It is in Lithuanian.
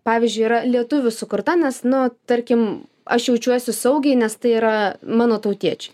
pavyzdžiui yra lietuvių sukurta nes nu tarkim aš jaučiuosi saugiai nes tai yra mano tautiečiai